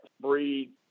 breed